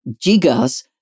gigas